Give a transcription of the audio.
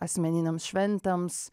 asmeninėms šventėms